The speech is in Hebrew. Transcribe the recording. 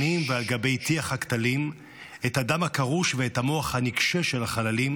ועל גבי טיח הכתלים / את הדם הקרוש ואת המוח הנוקשה של החללים //